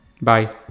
Bye